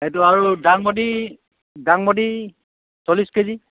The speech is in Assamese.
সেইটো আৰু ডাংবদী ডাংবদী চল্লিছ কেজি